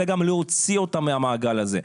אלא גם להוציא אותם מהמעגל הזה.